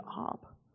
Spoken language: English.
up